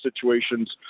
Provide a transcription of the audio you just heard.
situations